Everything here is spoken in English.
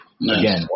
Again